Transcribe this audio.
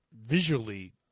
Visually